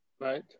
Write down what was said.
Right